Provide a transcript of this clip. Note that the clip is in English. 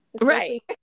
right